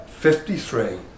53